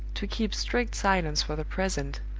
to keep strict silence for the present,